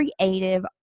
Creative